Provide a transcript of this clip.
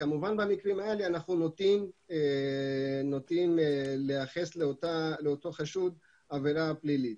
כמובן שבמקרים האלה אנחנו נוטים לייחס לאותו חשוד עבירה פלילית.